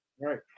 Right